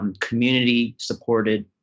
community-supported